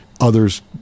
others